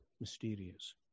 mysterious